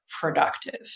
productive